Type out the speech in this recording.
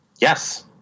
Yes